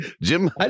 jim